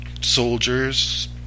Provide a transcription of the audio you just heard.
soldiers